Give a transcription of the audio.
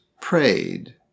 prayed